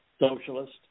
socialist